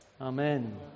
amen